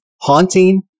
haunting